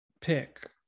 pick